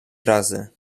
razy